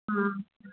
ꯎꯝ